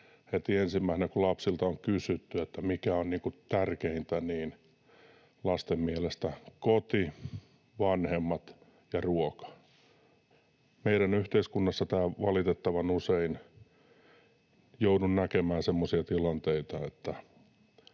heti ensimmäisenä, kun lapsilta on kysytty, mikä on tärkeintä, että lasten mielestä sitä ovat koti, vanhemmat ja ruoka. Meidän yhteiskunnassa tämä on valitettavan usein niin — joudun näkemään semmoisia tilanteita